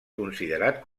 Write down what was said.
considerat